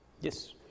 Yes